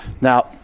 Now